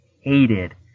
hated